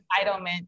entitlement